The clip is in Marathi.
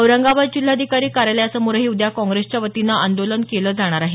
औरंगाबाद जिल्हाधिकारी कार्यालयासमोरही उद्या काँग्रेसच्यावतीनं आंदोलन केलं जाणार आहे